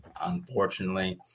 Unfortunately